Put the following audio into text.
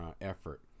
effort